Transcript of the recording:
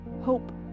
Hope